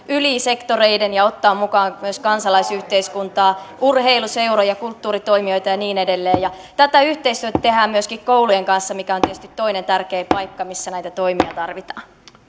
yli sektoreiden ja ottaa mukaan myös kansalaisyhteiskuntaa urheiluseuroja kulttuuritoimijoita ja niin edelleen tätä yhteistyötä tehdään myöskin koulujen kanssa mikä on tietysti toinen tärkeä paikka missä näitä toimia tarvitaan